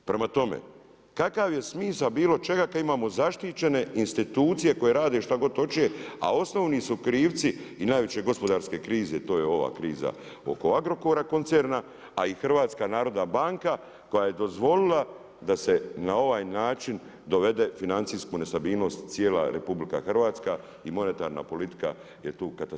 Prema tome, kakav je smisao bilo čega, kada imamo zaštićene institucije, koje rade šta god hoće, a osnovni su krivci i najveće gospodarske krize, to je ova kriza oko Agrokora koncerna, a i HNB koja je dozvolila, da se na ovaj način dovede financijsku nestabilnost cijela RH i monetarna politika je tu katastrofalna.